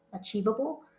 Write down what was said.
achievable